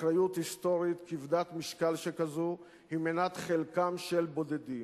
אחריות היסטורית כבדת משקל שכזו היא מנת חלקם של בודדים.